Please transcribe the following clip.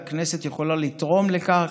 והכנסת יכולה לתרום לכך,